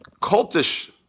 cultish